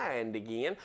again